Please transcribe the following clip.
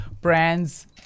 brands